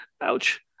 Ouch